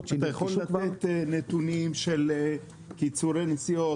--- אתה יכול לתת נתונים של קיצורי נסיעות?